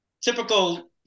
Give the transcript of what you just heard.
typical